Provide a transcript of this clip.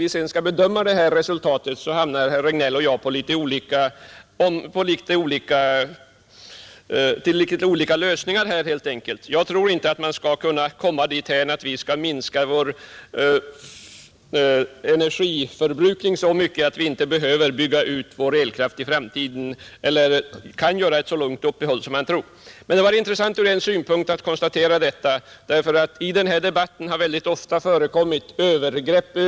Vid denna bedömning kommer herr Regnéll och jag till olika resultat. Jag tror inte att man kan komma dithän att vi minskar vår energiförbrukning så mycket att vi inte behöver bygga ut vår elkraftproduktion i framtiden eller att vi kan göra ett så långt uppehåll i utbyggandet som herr Regnéll tror. Vad herr Regnéll sade är intressant, ty i den här debatten har ofta förekommit övertramp.